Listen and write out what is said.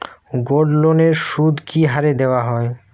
গোল্ডলোনের সুদ কি হারে দেওয়া হয়?